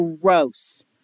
gross